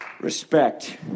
Respect